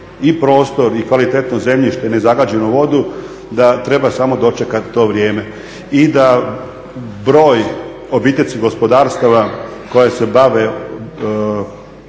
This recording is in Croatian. i prostor i kvalitetno zemljište, nezagađenu vodu da treba samo dočekati to vrijeme i da broj obiteljskih gospodarstava koji se bave